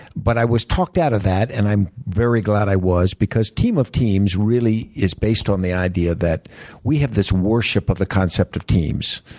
but i was talked out of that and i'm very glad i was because team of teams is based on the idea that we have this worship of the concept of teams.